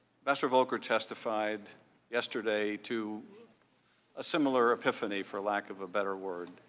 mr. volker testified yesterday to a similar epiphany for lack of a better word.